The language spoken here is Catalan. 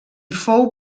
fou